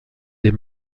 des